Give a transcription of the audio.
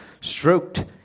stroked